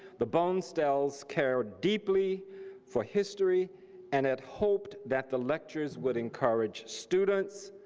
the bonestell's cared deeply for history and had hoped that the lectures would encourage students,